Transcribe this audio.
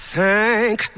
Thank